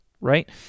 right